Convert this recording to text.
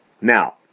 Now